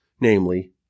namely